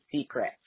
secrets